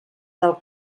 del